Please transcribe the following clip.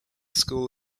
school